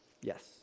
Yes